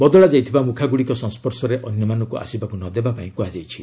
ବଦଳାଯାଇଥିବା ମୁଖାଗୁଡ଼ିକ ସଂସ୍ୱର୍ଶରେ ଅନ୍ୟମାନଙ୍କୁ ଆସିବାକୁ ନ ଦେବା ପାଇଁ କୁହାଯାଇଛି